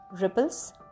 Ripples